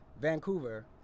Vancouver